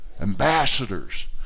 Ambassadors